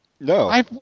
No